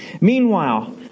Meanwhile